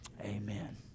Amen